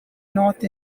north